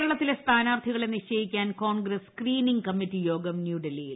കേരളത്തിലെ സ്ഥാനാർത്ഥികളെ നിശ്ചയിക്കാൻ കോൺഗ്രസ് സ്ക്രീന്റിംഗ്ല് പ കമ്മിറ്റി യോഗം ന്യൂഡൽഹിയിൽ